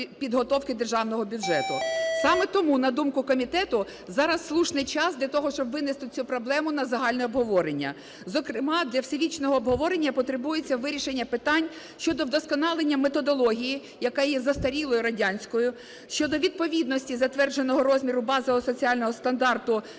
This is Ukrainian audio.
підготовки Державного бюджету. Саме тому, на думку комітету, зараз слушний час для того, щоб винести цю проблему на загальне обговорення. Зокрема, для всебічного обговорення потребується вирішення питань щодо вдосконалення методології, яка є застарілою, радянською, щодо відповідності затвердженого розміру базового соціального стандарту